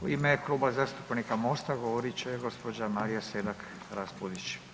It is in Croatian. U ime Kluba zastupnika MOST-a govorit će gospođa Marija Selak Raspudić.